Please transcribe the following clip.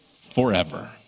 forever